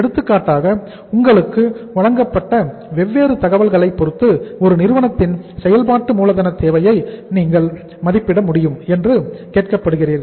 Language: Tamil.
எடுத்துக்காட்டாக உங்களுக்கு வழங்கப்பட்ட வெவ்வேறு தகவல்களை பொருத்தது ஒரு நிறுவனத்திற்கான செயல்பாட்டு மூலதன தேவையை நீங்கள் மதிப்பிட வேண்டும் என்று கேட்கப்படுகிறீர்கள்